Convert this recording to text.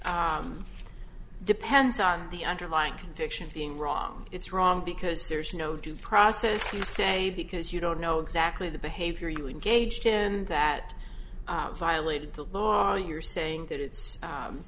about depends on the underlying conviction of being wrong it's wrong because there's no due process you say because you don't know exactly the behavior you engaged in that violated the law you're saying that it's